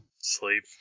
Sleep